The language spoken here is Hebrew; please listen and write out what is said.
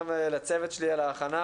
גם לצוות שלי על ההכנה.